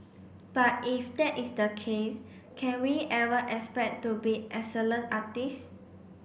but if that is the case can we ever expect to be excellent artists